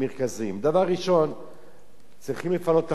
דבר ראשון, צריכים לפנות את החנייה,